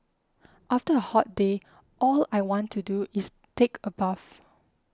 after a hot day all I want to do is take a bath